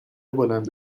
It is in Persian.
بلند